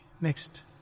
Next